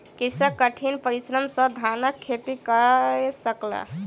कृषक कठिन परिश्रम सॅ धानक खेती कय सकल